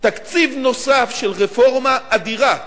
תקציב נוסף של רפורמה אדירה באוניברסיטאות,